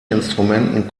instrumenten